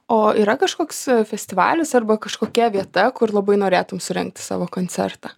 o yra kažkoks festivalis arba kažkokia vieta kur labai norėtum surengti savo koncertą